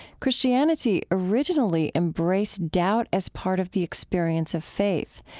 christianity originally embraced doubt as part of the experience of faith.